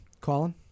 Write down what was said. Colin